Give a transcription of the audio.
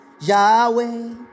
Yahweh